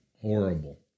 Horrible